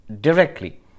directly